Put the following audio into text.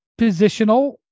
positional